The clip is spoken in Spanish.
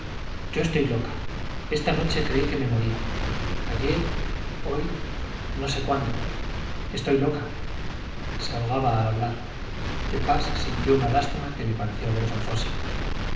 yo estoy loca esta noche creí que me moría ayer hoy no sé cuándo estoy loca se ahogaba al hablar de pas sintió una lástima que le pareció vergonzosa